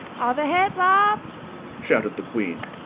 are their heads off shouted the queen.